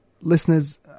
Listeners